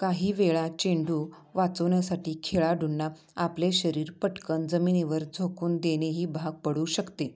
काही वेळा चेंडू वाचवण्यासाठी खेळाडूंना आपले शरीर पटकन जमिनीवर झोकून देणेही भाग पडू शकते